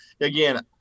again